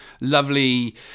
lovely